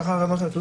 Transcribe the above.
כך המערכת.